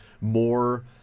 more